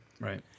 Right